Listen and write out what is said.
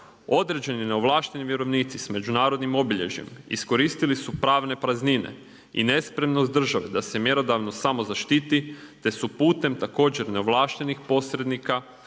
Određeni neovlašteni vjerovnici sa međunarodnim obilježjem iskoristili su pravne praznine i nespremnost države da se mjerodavnost samo zaštiti te su putem također neovlaštenih posrednika